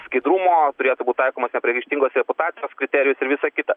skaidrumo turėtų būt taikomas nepriekaištingos reputacijos kriterijus ir visa kita